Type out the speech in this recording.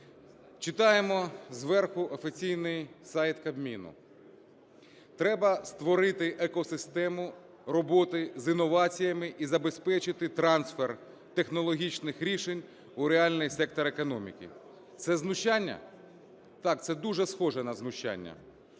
Читаємо зверху офіційний сайт Кабміну: "Треба створити екосистему роботи з інноваціями і забезпечити трансфер технологічних рішень у реальний сектор економіки". Це знущання? Так, це дуже схоже на знущання.